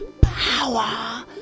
power